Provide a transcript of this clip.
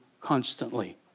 constantly